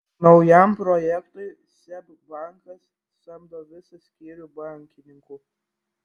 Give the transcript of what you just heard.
naujam projektui seb bankas samdo visą skyrių bankininkų